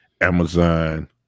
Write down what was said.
Amazon